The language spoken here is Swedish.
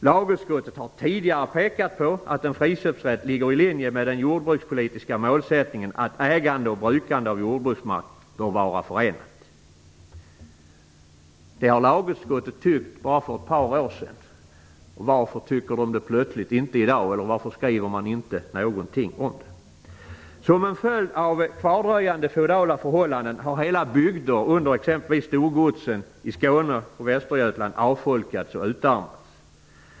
Lagutskottet har tidigare pekat på att en friköpsrätt ligger i linje med den jordbrukspolitiska målsättningen att ägande och brukande av jordbruksmark böra vara förenade. Det har lagutskottet bara för ett par år sedan tyckt. Varför tycker man plötsligt inte det i dag? Varför skriver man inte någonting om det? Som en följd av kvardröjande feodala förhållanden har hela bygder under exempelvis storgodsen i Skåne och Västergötland avfolkats och utarmats.